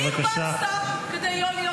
למי הרבצת כדי לא להיות רופא?